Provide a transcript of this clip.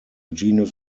genius